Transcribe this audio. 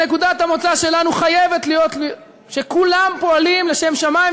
נקודת המוצא שלנו חייבת להיות שכולם פועלים לשם שמים,